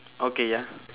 okay ya